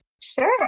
Sure